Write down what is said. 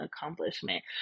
accomplishment